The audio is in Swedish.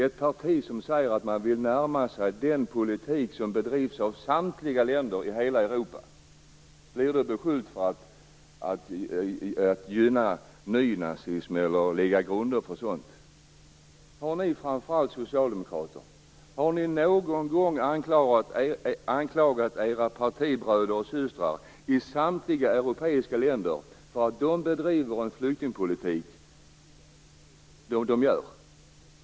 Ett parti som säger att man vill närma sig den politik som bedrivs av samtliga länder i hela Europa, blir beskyllt för att gynna nynazism eller lägga grunder för sådant. Har ni, framför allt ni socialdemokrater, någon gång anklagat era partibröder och partisystrar i samtliga europeiska länder för att de bedriver den flyktingpolitik de gör?